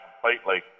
completely